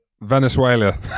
Venezuela